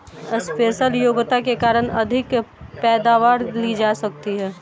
special योग्यता के कारण अधिक पैदावार ली जा सकती है